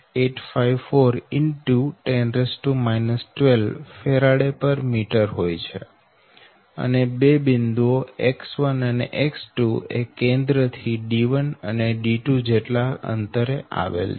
854 10 12 farad metre હોય છે અને બે બિંદુઓ X1 અને X2 એ કેન્દ્ર થી D1 અને D2 જેટલા અંતરે આવેલ છે